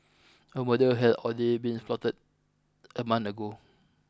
a murder had already been plotted a month ago